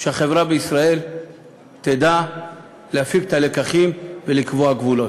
שהחברה בישראל תדע להפיק את הלקחים ולקבוע גבולות.